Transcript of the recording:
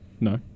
No